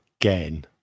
again